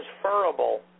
transferable